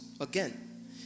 Again